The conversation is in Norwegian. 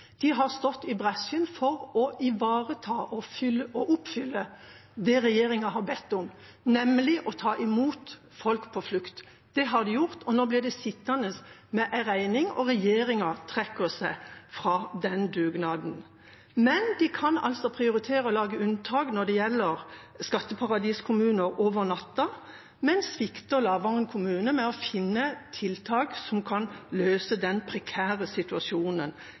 De har stått i bresjen for å ivareta og oppfylle det regjeringa har bedt om, nemlig å ta imot folk på flukt. Det har de gjort. Nå blir de sittende med regningen, og regjeringa trekker seg fra dugnaden. Regjeringa kan altså prioritere å lage unntak når det gjelder skatteparadiskommuner, over natta, men svikter Lavangen kommune i å finne tiltak som kan løse den prekære situasjonen